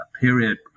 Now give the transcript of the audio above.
period